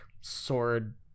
sword